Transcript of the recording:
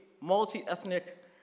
multi-ethnic